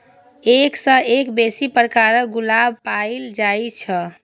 एक सय सं बेसी प्रकारक गुलाब पाएल जाए छै